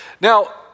Now